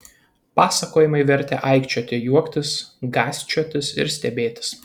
pasakojimai vertė aikčioti juoktis gąsčiotis ir stebėtis